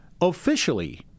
Officially